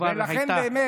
כבר הייתה.